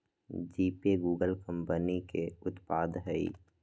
GPay Google company के उत्पाद हइ